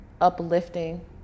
uplifting